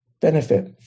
Benefit